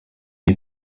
iyo